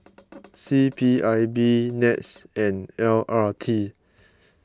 C P I B NETS and L R T